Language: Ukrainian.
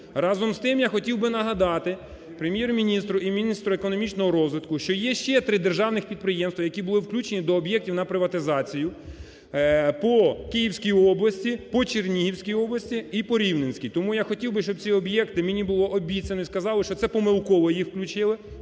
Разом з тим я хотів би нагадати Прем’єр-міністру і міністру економічного розвитку, що є ще 3 державних підприємства, які були включені до об'єктів на приватизацію по Київській області, по Чернігівській області і по Рівненській. Тому я хотів би, щоб ці об'єкти, мені було обіцяно і сказали, що це помилково їх включили.